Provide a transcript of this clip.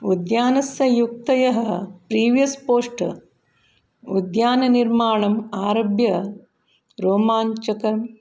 उद्यानस्य युक्तयः previous post उद्याननिर्माणम् आरभ्य रोमाञ्चं